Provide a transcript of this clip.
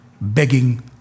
begging